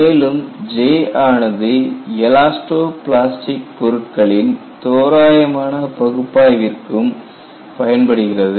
மேலும் J ஆனது elastoplastic பொருட்களின் தோராயமான பகுப்பாய்விற்கும் பயன்படுகிறது